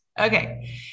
Okay